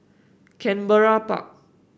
Canberra Park